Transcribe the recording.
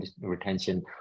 retention